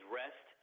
rest